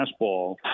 fastball